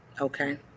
okay